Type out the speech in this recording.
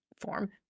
form